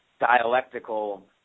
dialectical